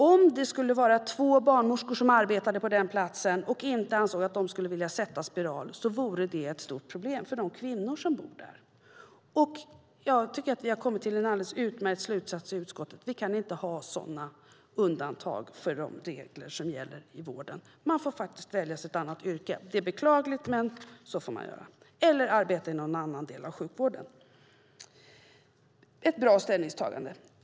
Om det skulle vara två barnmorskor som arbetar där som inte vill sätta in spiraler skulle det vara ett stort problem för de kvinnor som bor där. Jag tycker att vi har kommit till en alldeles utmärkt slutsats i utskottet, nämligen att vi inte kan ha sådana undantag från de regler som gäller i vården. Man får i så fall välja ett annat yrke eller arbeta i någon annan del av sjukvården. Det är beklagligt. Men detta är ett bra ställningstagande.